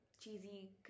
cheesy